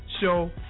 show